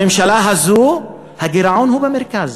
בממשלה הזאת, הגירעון במרכז,